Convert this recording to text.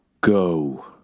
go